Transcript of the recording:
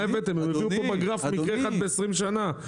הביאו כאן בגרף מקרה אחד ב-20 שנה.